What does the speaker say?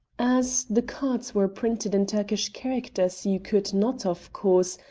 as the cards were printed in turkish characters you could not, of course,